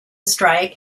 strike